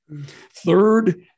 Third